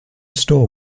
store